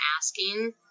asking